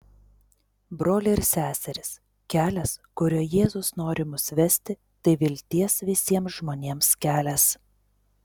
broliai ir seserys kelias kuriuo jėzus nori mus vesti tai vilties visiems žmonėms kelias